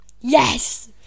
Yes